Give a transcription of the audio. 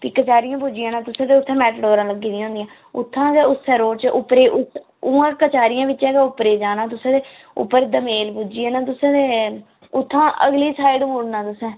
फ्ही कचैह्यारियै पुज्जी जाना तुसें ते उत्थै मैटाडोरां लगी दी होंदियां उत्था गै उस्सै रोड च उप्परै उ'आं कचैह्रियै बिच्चा गै उप्पर जाना ते तुसें उप्पर दमेल पुज्जी जाना तुसें ते उत्थें अगली साइड मुड़ना तुसें